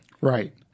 Right